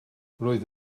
roedd